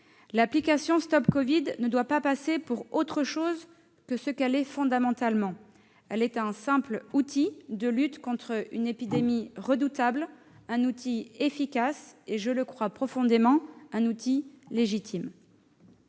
L'application StopCovid ne doit pas passer pour autre chose que ce qu'elle est fondamentalement : un simple outil de lutte contre une épidémie redoutable ; un outil efficace et- j'en suis profondément convaincue -un outil légitime.